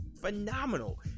phenomenal